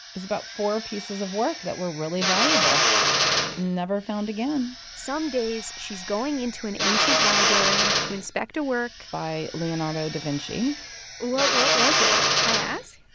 was about four pieces of work that were really valuable never found again some days, she's going into an ancient library to inspect a work. by leonardo da vinci well, what was it? can i ask?